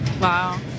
wow